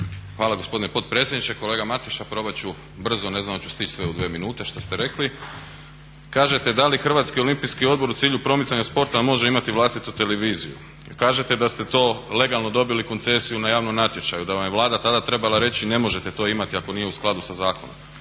Hvala gospodine potpredsjedniče. Kolega Mateša, probat ću brzo, ne znam hoću stići sve u dvije minute što ste rekli. Kažete da li Hrvatski olimpijski odbor u cilju promicanja sporta može imati vlastitu televiziju, kažete da ste to legalno dobili koncesiju na javnom natječaju, da vam je Vlada tada trebala reći ne možete to imati ako nije u skladu sa zakonom.